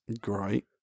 Great